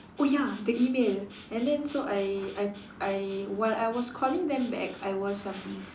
oh ya the email and then so I I I while I was calling them back I was um